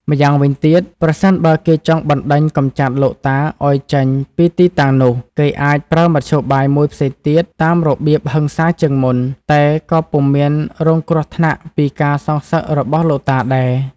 ម្យ៉ាងវិញទៀត ប្រសិនបើគេចង់បណ្ដេញកំចាត់លោកតាឱ្យចេញពីទីតាំងនោះ គេអាចប្រើមធ្យោបាយមួយផ្សេងទៀតតាមរបៀបហិង្សាជាងមុន តែក៏ពុំមានរងគ្រោះថ្នាក់ពីការសងសឹករបស់លោកតាដែរ។